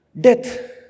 death